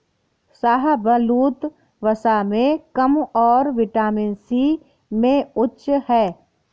शाहबलूत, वसा में कम और विटामिन सी में उच्च है